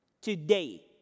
today